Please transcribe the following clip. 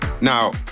Now